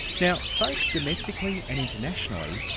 now both domestically and internationally,